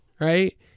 right